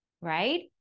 right